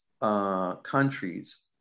countries